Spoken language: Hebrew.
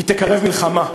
היא תקרב מלחמה.